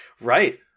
Right